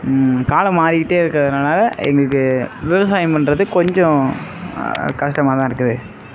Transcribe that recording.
காலம் மாறிக்கிட்டே இருக்கிறதுனால எங்களுக்கு விவசாயம் பண்ணுறது கொஞ்சம் கஷ்டமாக தான் இருக்குது